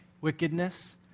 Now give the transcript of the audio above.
wickedness